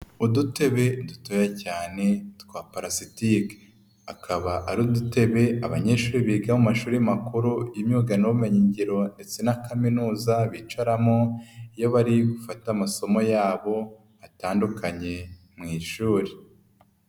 Udutebe dutoya cyane twa palasitike, akaba ari udutebe abanyeshuri biga mu mashuri makuru y'imyuga n'ubumenyigiro ndetse na kaminuza bicaramo, iyo bari gufata amasomo yabo atandukanye mu ishuri.